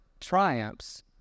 triumphs